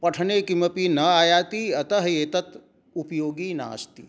पठने किमपि न आयाति अतः एतद् उपयोगी नास्ति